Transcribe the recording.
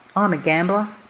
um a gambler,